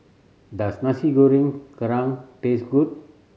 does Nasi Goreng Kerang taste good